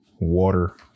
Water